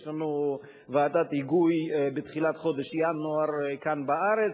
יש לנו ועדת היגוי בתחילת חודש ינואר כאן בארץ,